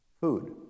Food